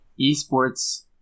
Esports